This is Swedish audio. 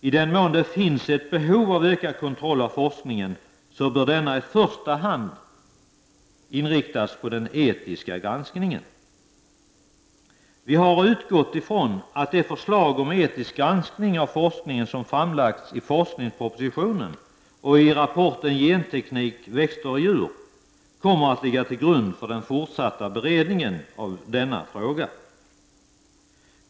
I den mån det finns ett behov av ökad kontroll av forskningen bör denna kontroll i första hand inriktas på den etiska granskningen. Vi har utgått ifrån att det förslag om etisk granskning av forskningen som lades fram i forskningspropositionen och i rapporten ”Genteknik — växter och djur” kommer att ligga till grund för den fortsatta beredningen av denna fråga.